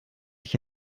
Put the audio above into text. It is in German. ich